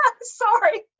Sorry